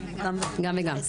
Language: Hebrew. גם וגם.